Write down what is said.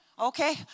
Okay